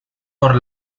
por